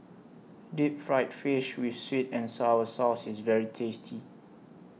Deep Fried Fish with Sweet and Sour Sauce IS very tasty